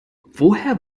woher